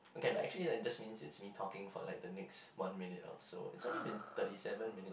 okay but actually that just means it's me talking for like the next one minute or so it's only been thirty seven minutes